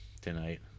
tonight